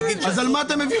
אז על מה אתה מביא חוק?